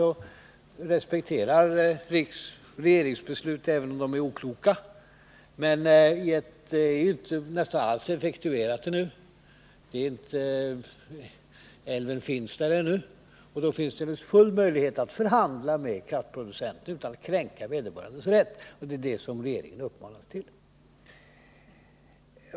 Vi respekterar regeringsbeslut även om de är okloka, men det beslut det här gäller är ju nästan inte alls effektuerat ännu — älven finns där ännu. Och då finns det full möjlighet att förhandla med kraftproducenter utan att kränka vederbörandes rätt. Det är det som regeringen uppmanas till.